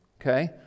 okay